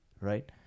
right